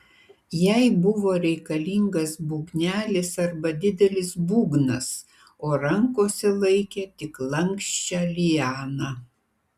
jai buvo reikalingas būgnelis arba didelis būgnas o rankose laikė tik lanksčią lianą